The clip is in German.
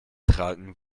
tragen